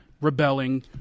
...rebelling